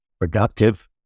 productive